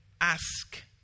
ask